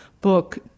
book